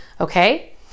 okay